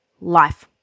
life